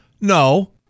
No